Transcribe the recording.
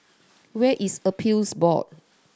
where is Appeals Board